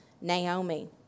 naomi